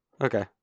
Okay